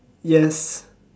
yes